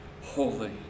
holy